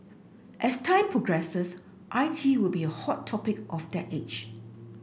as time progresses I T will be a hot topic of that age